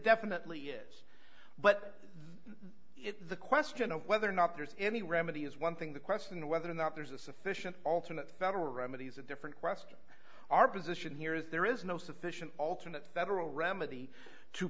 definitely is but the question of whether or not there's any remedy is one thing the question of whether or not there's a sufficient alternate federal remedy is a different question our position here is there is no sufficient alternate federal remedy to